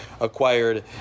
acquired